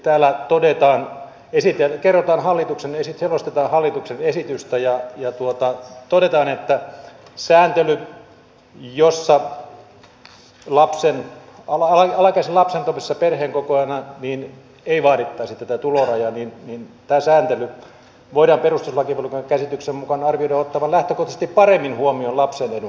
täällä todetaan esitellä kerrotaan hallituksen esittävät selostetaan hallituksen esitystä ja todetaan että sääntelyn jossa alaikäisen lapsen toimiessa perheenkokoajana ei vaadittaisi tätä tulorajaa voidaan perustuslakivaliokunnan käsityksen mukaan arvioida ottavan lähtökohtaisesti paremmin huomioon lapsen edun